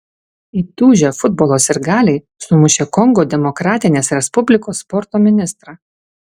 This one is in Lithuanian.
įtūžę futbolo sirgaliai sumušė kongo demokratinės respublikos sporto ministrą